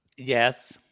Yes